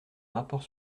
rapport